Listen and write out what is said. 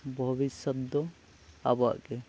ᱵᱷᱚᱵᱤᱥᱥᱚᱛ ᱫᱚ ᱟᱵᱚᱣᱟᱜ ᱜᱮ